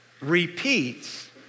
repeats